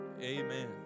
Amen